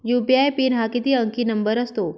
UPI pin हा किती अंकी नंबर असतो?